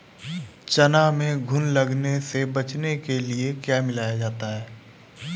चना में घुन लगने से बचाने के लिए क्या मिलाया जाता है?